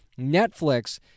netflix